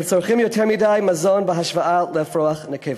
הם צורכים יותר מדי מזון בהשוואה לאפרוח נקבה.